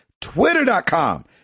Twitter.com